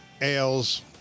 ales